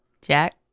Jack